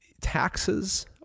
taxes